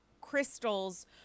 Crystal's